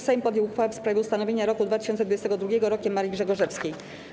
Sejm podjął uchwałę w sprawie ustanowienia roku 2022 Rokiem Marii Grzegorzewskiej.